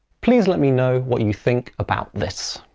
please let me know what you think about this.